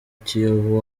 kiyovu